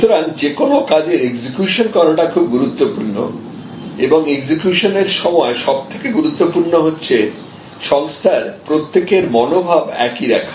সুতরাং যে কোন কাজের এক্সিকিউশন করাটা খুব গুরুত্বপূর্ণ এবং এক্সিকিউশন এর সময় সব থেকে গুরুত্বপূর্ণ হচ্ছে সংস্থার প্রত্যেকের মনোভাব একই রাখা